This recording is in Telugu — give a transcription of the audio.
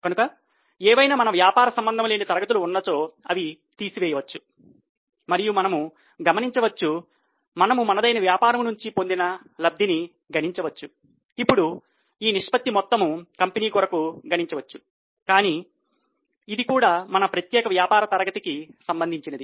కనుక ఏవైనా మన వ్యాపార సంబంధం లేని తరగతులు ఉన్నచో అవి తీసివేయవచ్చు మరియు మనము గమనించవచ్చు మనము మనదైన వ్యాపారము నుంచి పొందిన లబ్ధిని గణించవచ్చు ఇప్పుడు ఈ నిష్పత్తి మొత్తము కంపెనీ కొరకు గణించవచ్చు కానీ ఇది కూడా మన ప్రత్యేక వ్యాపార తరగతికి సంబంధించినది